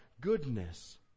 goodness